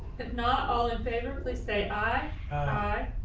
and not, all in favor, please say ah